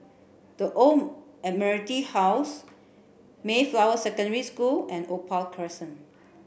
the Old Admiralty House Mayflower Secondary School and Opal Crescent